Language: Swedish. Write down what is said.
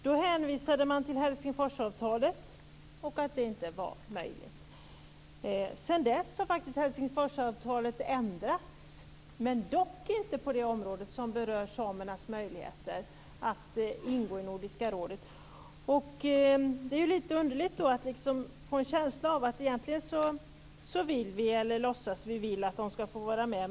Då hänvisade man till Helsingforsavtalet och sade att det inte var möjligt. Sedan dess har faktiskt Helsingforsavtalet ändrats, men dock inte på det område som berör samernas möjligheter att ingå i Nordiska rådet. Det är lite underligt då att liksom få en känsla av att egentligen vill vi, eller låtsas vilja, att de skall få vara med.